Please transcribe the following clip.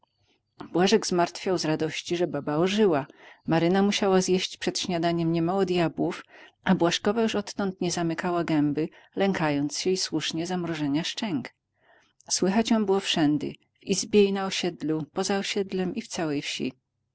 błażek zmartwiał z radości że baba ożyła maryna musiała zjeść przed śniadaniem niemało djabłów a błażkowa już odtąd nie zamykała gęby lękając się i słusznie zamrożenia szczęk słychać ją było wszędy w izbie i na osiedlu poza osiedlem i w całej wsi